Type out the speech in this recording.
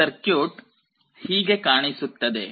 ಈ ಸರ್ಕ್ಯೂಟ್ ಹೀಗೆ ಕಾಣಿಸುತ್ತದೆ